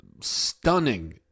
stunning